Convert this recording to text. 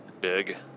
big